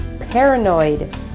Paranoid